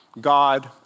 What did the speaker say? God